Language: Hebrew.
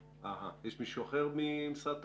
יש מישהו אחר ממשרד התחבורה?